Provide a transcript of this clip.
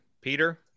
Peter